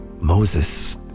Moses